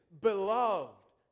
beloved